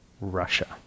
russia